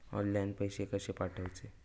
Online पैसे कशे पाठवचे?